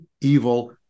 evil